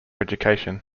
education